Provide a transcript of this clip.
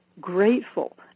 grateful